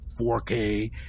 4K